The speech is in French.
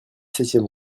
septième